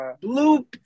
blue